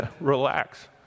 relax